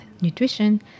nutrition